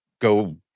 go